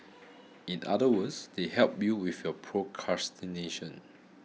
in other words they help you with your procrastination